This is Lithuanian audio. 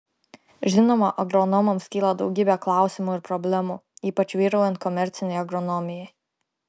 žinoma agronomams kyla daugybė klausimų ir problemų ypač vyraujant komercinei agronomijai